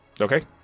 Okay